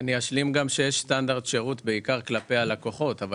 אני אשלים ואומר שיש סטנדרט שירות בעיקר כלפי הלקוחות אבל